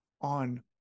on